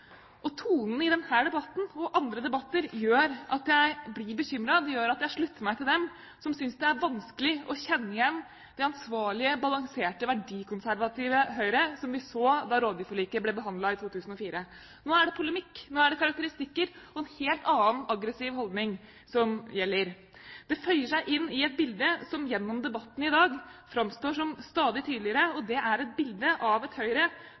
Tonen i denne debatten og andre debatter gjør at jeg blir bekymret, det gjør at jeg slutter meg til dem som synes det er vanskelig å kjenne igjen det ansvarlige, balanserte, verdikonservative Høyre som vi så da rovdyrforliket ble behandlet i 2004. Nå er det polemikk, nå er det karakteristikker og en helt annen, aggressiv, holdning som gjelder. Det føyer seg inn i et bilde som gjennom debatten i dag framstår som stadig tydeligere, og det er et bilde av et Høyre